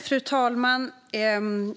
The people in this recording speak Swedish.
Fru talman!